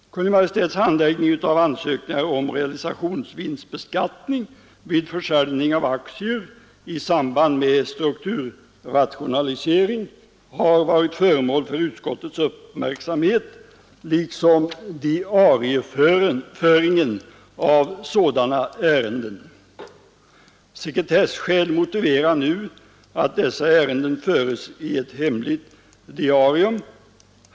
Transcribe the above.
Kungl. Maj:ts handläggning av ansökningar om realisationsvinstbeskattning vid försäljning av aktier i samband med strukturrationalisering har varit föremål för utskottets uppmärksamhet liksom diarieföringen av sådana ärenden. Sekretesskäl motiverar nu att dessa ärenden införes i ett hemligt diarium.